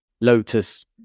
Lotus